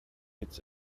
its